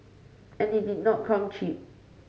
and it did not come cheap